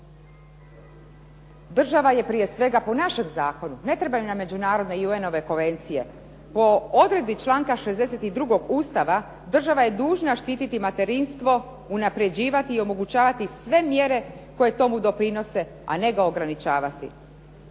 Država je prije svega po našem zakonu, ne trebaju nam međunarodne i UN-ove konvencije, po odredbi članka 62. Ustava država je dužna štititi materinstvo, unapređivati i omogućavati sve mjere koje tomu doprinose, a ne ga ograničavati.